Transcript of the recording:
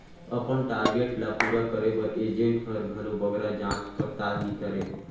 अपन टारगेट ल पूरा करे बर एजेंट हर घलो बगरा जाँच परताल नी करे